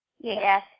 Yes